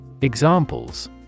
Examples